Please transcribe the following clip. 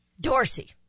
Dorsey